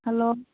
hello